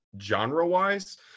genre-wise